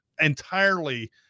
entirely